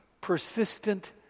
persistent